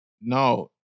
No